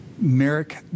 Merrick